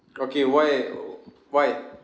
okay why uh why